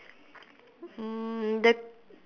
mm the